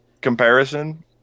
comparison